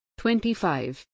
25